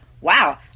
wow